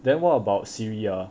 then what about siri ah